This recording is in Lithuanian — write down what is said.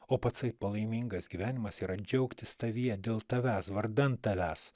o patsai palaimingas gyvenimas yra džiaugtis tavyje dėl tavęs vardan tavęs